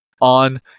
on